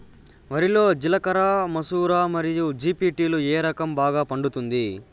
వరి లో జిలకర మసూర మరియు బీ.పీ.టీ లు ఏ రకం బాగా పండుతుంది